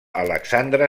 alexandre